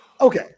Okay